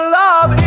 love